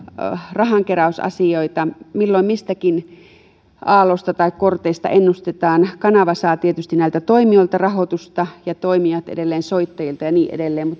rahankeräysasioita milloin mistäkin aallosta tai korteista ennustetaan kanava saa tietysti näiltä toimijoilta rahoitusta ja toimijat edelleen soittajilta ja niin edelleen